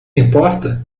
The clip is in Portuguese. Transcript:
importa